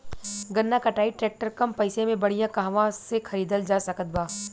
गन्ना कटाई ट्रैक्टर कम पैसे में बढ़िया कहवा से खरिदल जा सकत बा?